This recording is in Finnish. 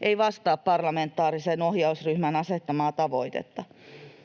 ei vastaa parlamentaarisen ohjausryhmän asettamaa tavoitetta.